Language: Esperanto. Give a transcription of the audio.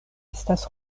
estas